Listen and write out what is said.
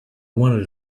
wanted